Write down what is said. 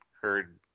heard